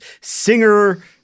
singer